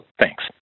Thanks